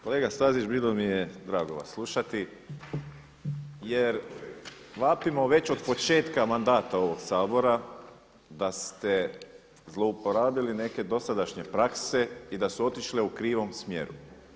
Kolega Stazić bilo mi je drago vas slušati jer vapimo već od početka mandata ovog Sabora da ste zlouporabili neke dosadašnje prakse i da su otišle u krivom smjeru.